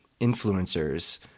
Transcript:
influencers